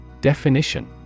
Definition